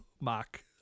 Mac